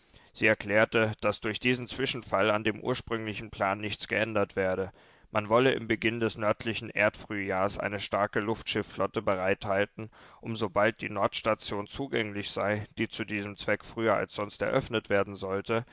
sie erklärte daß durch diesen zwischenfall an dem ursprünglichen plan nichts geändert werde man wolle im beginn des nördlichen erdfrühjahrs eine starke luftschifflotte bereithalten um sobald die nordstation zugänglich sei die zu diesem zweck früher als sonst eröffnet werden sollte